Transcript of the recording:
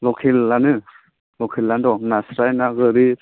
लखेलानो लखेलानो दं नास्राय ना गोरि